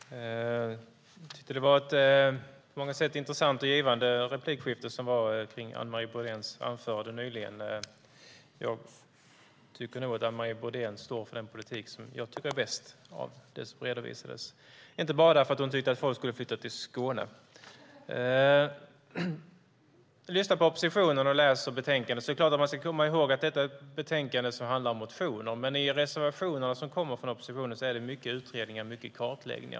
Herr talman! Jag tyckte att det var ett på många sätt givande och intressant replikskifte som följde på Anne Marie Brodéns anförande nyligen. Jag tyckte nog att Anne Marie Brodén står för den politik som jag tycker är bäst av det som redovisades - och inte bara därför att hon tyckte att folk skulle flytta till Skåne. När man lyssnar på oppositionen och läser betänkandet ska man såklart komma ihåg att detta är ett betänkande som handlar om motioner. Men i de reservationer som kommer från oppositionen är det mycket utredningar och mycket kartläggningar.